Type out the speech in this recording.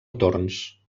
torns